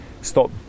stop